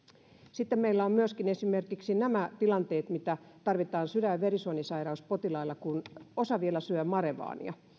sitten meillä on myöskin esimerkiksi nämä tilanteet mitä tarvitaan sydän ja verisuonisairauspotilailla kun osa vielä syö marevania